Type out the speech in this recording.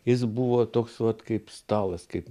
jis buvo toks vat kaip stalas kaip